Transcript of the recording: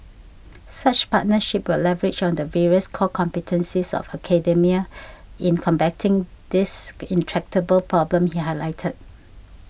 such partnerships will leverage on the various core competencies of academia in combating this intractable problem he highlighted